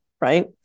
right